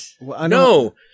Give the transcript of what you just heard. no